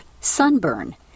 sunburn